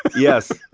yes.